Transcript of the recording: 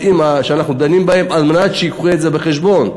שאנחנו דנים בענייניהם על מנת שיביאו את זה בחשבון.